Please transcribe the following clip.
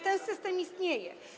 Ten system istnieje.